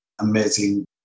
amazing